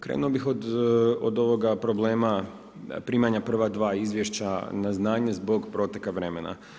Krenuo bih od ovoga problema, primanja prva dva izvješća na znanje zbog protoka vremena.